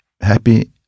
happy